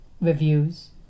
reviews